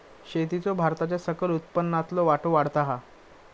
शेतीचो भारताच्या सकल उत्पन्नातलो वाटो वाढता हा